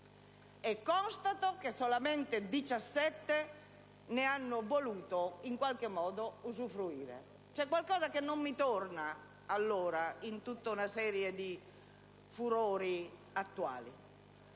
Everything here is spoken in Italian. Constato, però, che solamente 17 ne hanno voluto in qualche modo usufruire. Qualcosa non mi torna, allora, in tutta una serie di furori attuali.